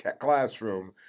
classroom